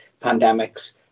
pandemics